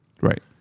right